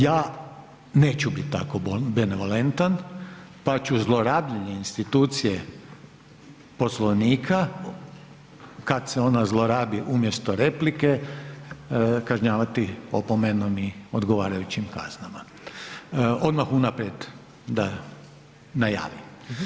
Ja neću biti tako benevolentan pa ću zlorabljenje institucije Poslovnika, kad se ona zlorabi umjesto replike kažnjavati opomenom i odgovarajućim kaznama, odmah unaprijed da najavim.